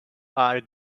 are